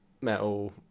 metal